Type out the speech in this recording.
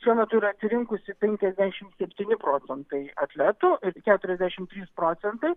šiuo metu yra atsirinkusi penkiasdešimt septyni procentai atletų ir keturiasdešimt trys procentai